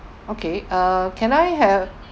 okay uh can I have